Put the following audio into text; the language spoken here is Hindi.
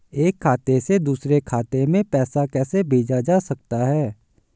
एक खाते से दूसरे खाते में पैसा कैसे भेजा जा सकता है?